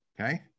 okay